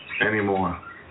anymore